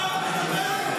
תאמר סליחה לתושבי כפר עזה.